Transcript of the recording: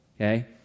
okay